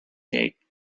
gate